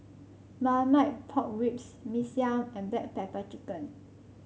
Marmite Pork Ribs Mee Siam and Black Pepper Chicken